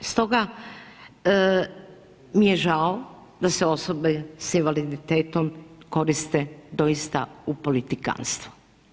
Stoga, mi je žao da se osobe sa invaliditetom koriste doista u politikanstvo.